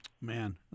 Man